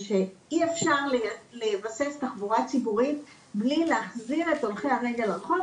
שאי-אפשר לבסס תחבורה ציבורית בלי להחזיר את הולכי הרגל לרחוב,